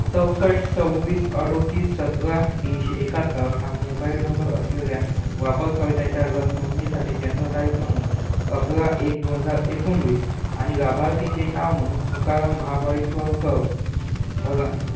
चौसष्ट सव्वीस अडोतीस सतरा तीनशे एक्काहत्तर हा मोबाईल नंबर असलेल्या वापरकर्त्याच्या लस नोंदणीसाठी जन्मतारीख म्हणून अकरा एक दोन हजार एकोणवीस आणि लाभार्थीचे नाव म्हणून तुकाराम महाबळेश्वरकर भगा